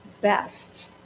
best